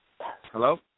hello